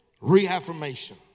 reaffirmation